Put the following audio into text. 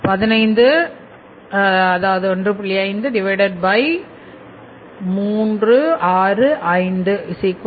இங்கே 153650